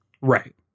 Right